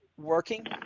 working